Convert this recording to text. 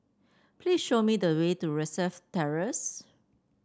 please show me the way to Rosyth Terrace